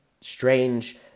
strange